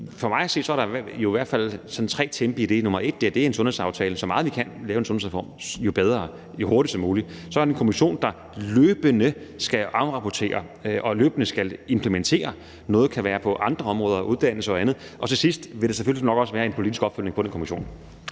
For mig at se er der i hvert fald tre tempi i det. Det første er en sundhedsaftale, for jo hurtigere og bedre vi kan lave en sundhedsreform, jo bedre. Så er der en kommission, der løbende skal afrapportere og løbende skal implementere, og heraf kan noget være på andre områder, uddannelse og andet. Det sidste er, at der selvfølgelig også vil være en politisk opfølgning på den kommission.